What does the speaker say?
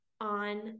on